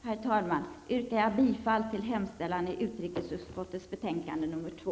Med det anförda yrkar jag bifall till hemställan i utrikesutskottets betänkande nr 2.